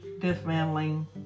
dismantling